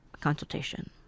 consultation